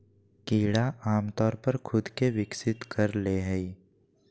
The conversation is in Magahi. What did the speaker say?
कीड़ा आमतौर पर खुद के विकसित कर ले हइ